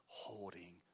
Holding